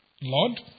Lord